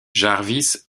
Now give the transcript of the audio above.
jarvis